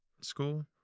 school